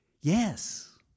Yes